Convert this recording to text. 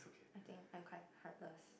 I think I quite heartless